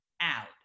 out